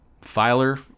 Filer